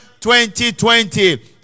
2020